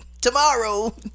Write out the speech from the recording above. Tomorrow